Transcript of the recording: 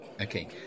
Okay